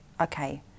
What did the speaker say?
okay